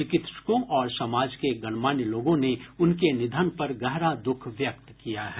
चिकित्सकों और समाज के गणमान्य लोगों ने उनके निधन पर गहरा दुःख व्यक्त किया है